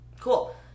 Cool